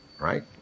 right